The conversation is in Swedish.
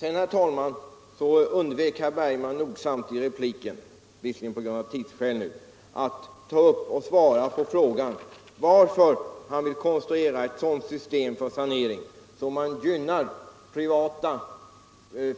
Herr Bergman undvek nogsamt att i sin replik — låt vara att det nu var av tidsskäl — svara på frågan, varför han vill konstruera ett system för sanering så att det gynnar privata